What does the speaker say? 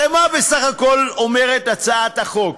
הרי מה בסך הכול אומרת הצעת החוק?